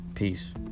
Peace